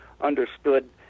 understood